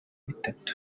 bitatu